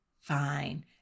fine